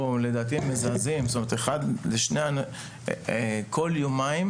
מדובר פה בנתונים מזעזעים, בממוצע כל יומיים,